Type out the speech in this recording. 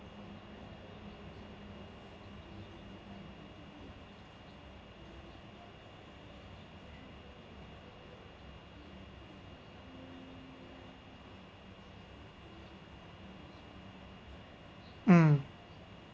um